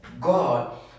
God